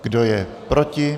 Kdo je proti?